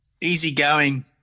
easygoing